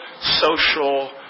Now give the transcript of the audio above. social